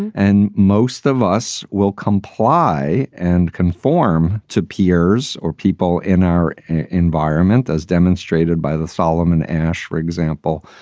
and most of us will comply and conform to peers or people in our environment, as demonstrated by the solomon asch, for example,